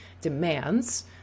demands